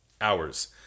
hours